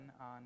on